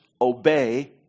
obey